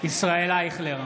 ישראל אייכלר,